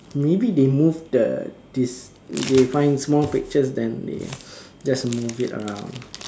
maybe they move the this they find small pictures then they just moved it around